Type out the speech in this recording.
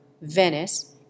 Venice